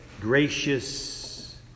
gracious